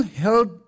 help